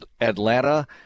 Atlanta